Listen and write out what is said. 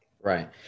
right